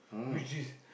which is